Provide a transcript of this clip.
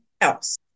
else